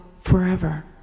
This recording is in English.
forever